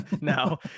no